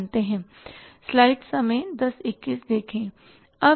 मानते हो